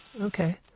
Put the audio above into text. Okay